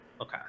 Okay